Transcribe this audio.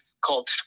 called